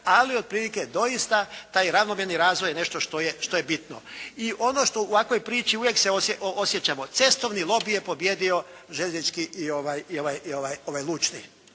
Ali otprilike doista taj ravnomjerni razvoj je nešto što je bitno. I ono što u ovakvoj priči uvijek se osjećamo, cestovni lobi je pobijedio željeznički i ovaj lučni.